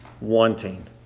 wanting